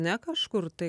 ne kažkur tai